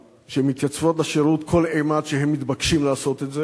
שמתייצבות לשירות כל אימת שהן מתבקשות לעשות את זה.